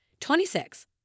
26